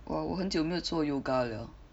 我我很久没做 yoga liao